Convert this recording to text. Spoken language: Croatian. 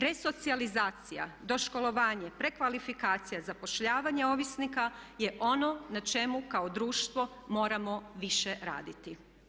Resocijalizacija, doškolovanje, prekvalifikacija, zapošljavanje ovisnika je ono na čemu kao društvo moramo više raditi.